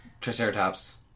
Triceratops